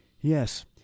Yes